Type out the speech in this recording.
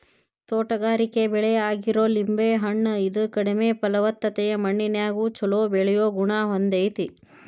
ತೋಟಗಾರಿಕೆ ಬೆಳೆ ಆಗಿರೋ ಲಿಂಬೆ ಹಣ್ಣ, ಇದು ಕಡಿಮೆ ಫಲವತ್ತತೆಯ ಮಣ್ಣಿನ್ಯಾಗು ಚೊಲೋ ಬೆಳಿಯೋ ಗುಣ ಹೊಂದೇತಿ